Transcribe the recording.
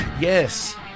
yes